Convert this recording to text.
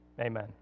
Amen